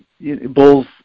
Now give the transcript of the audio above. bulls